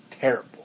terrible